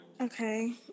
Okay